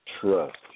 trust